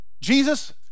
Jesus